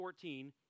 14